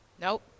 Nope